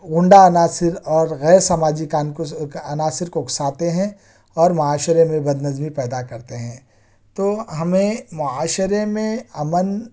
غنڈہ عناصر اور غیر سماجی کان عناصر کو اکساتے ہیں اور معاشرے میں بدنظمی پیدا کرتے ہیں تو ہمیں معاشرے میں امن